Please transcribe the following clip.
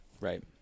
Right